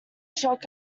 shocked